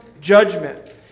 judgment